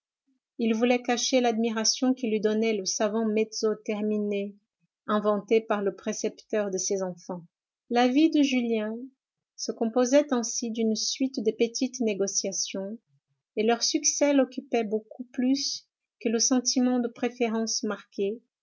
il voulait cacher l'admiration que lui donnait le savant mezzo termine inventé par le précepteur de ses enfants la vie de julien se composait ainsi d'une suite de petites négociations et leur succès l'occupait beaucoup plus que le sentiment de préférence marquée